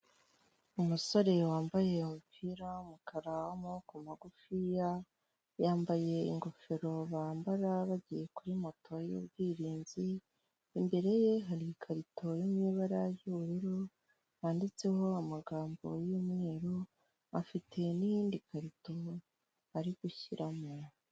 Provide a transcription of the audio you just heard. Umusore wambaye umupira w'umukara w'amaboko magufiya, yambaye ingofero bambara bagiye kuri moto y'ubwirinzi, imbere ye hari ikarito iri mu ibara ry'ubururu yanditseho amagambo y'umweru, afite n'iyindi karito ari gushyiramo.